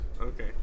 Okay